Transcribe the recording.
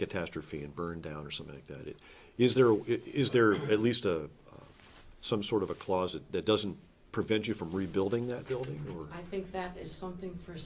catastrophe and burned down or something like that it is there is there at least a some sort of a clause that that doesn't prevent you from rebuilding that building or i think that is something for